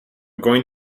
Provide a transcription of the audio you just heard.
going